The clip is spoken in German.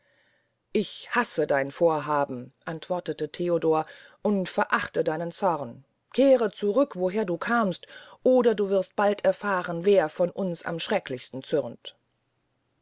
ich hasse dein vorhaben antwortete theodor und verachte deinen zorn kehre zurück woher du kamst oder du wirst bald erfahren wer von uns am schrecklichsten zürnt